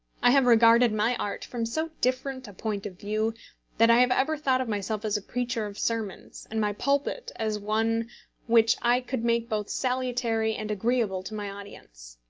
i have regarded my art from so different a point of view that i have ever thought of myself as a preacher of sermons, and my pulpit as one which i could make both salutary and agreeable to my audience.